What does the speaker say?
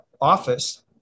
office